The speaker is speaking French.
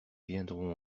viendront